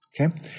okay